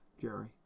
Jerry